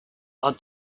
are